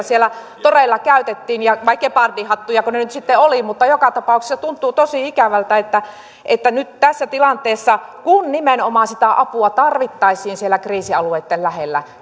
siellä todella käytettiin vai gepardihattujako ne nyt sitten olivat mutta joka tapauksessa tuntuu tosi ikävältä että että nyt tässä tilanteessa kun nimenomaan sitä apua tarvittaisiin siellä kriisialueitten lähellä